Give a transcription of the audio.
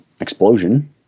explosion